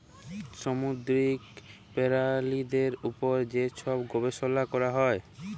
সামুদ্দিরিক পেরালিদের উপর যে ছব গবেষলা ক্যরা হ্যয়